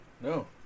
No